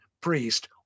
priest